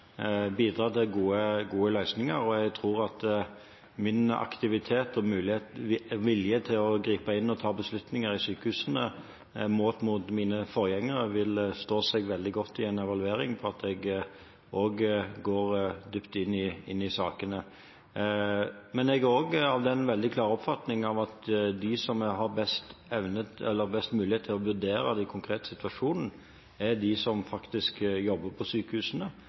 bidra til gode løsninger. Jeg tror at min aktivitet og vilje til å gripe inn og ta beslutninger i sykehusene, målt opp mot mine forgjengere, vil stå seg veldig godt i en evaluering, og jeg går dypt inn i sakene. Men jeg er også av den veldig klare oppfatning at de som har best mulighet til å vurdere den konkrete situasjonen, er de som faktisk jobber på sykehusene,